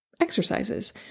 exercises